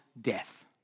death